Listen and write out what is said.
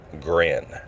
grin